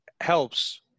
helps